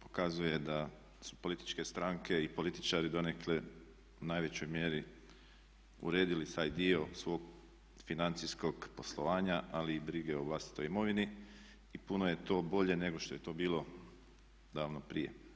pokazuje da su političke stranke i političari donekle u najvećoj mjeri uredili taj dio svog financijskog poslovanja, ali i brige o vlastitoj imovini i puno je to bolje nego što je to bilo davno prije.